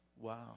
Wow